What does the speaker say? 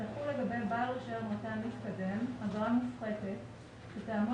תחול לגבי בעל רישיון רט"ן מתקדם אגרה מופחתת שתעמוד